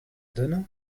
donne